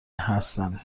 هستند